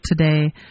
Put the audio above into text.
today